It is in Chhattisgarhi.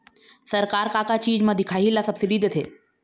सरकार का का चीज म दिखाही ला सब्सिडी देथे?